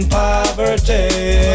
poverty